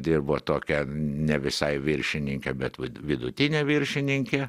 dirbo tokia ne visai viršininkė bet vat vidutinė viršininkė